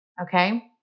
Okay